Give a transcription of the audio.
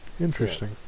Interesting